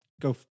go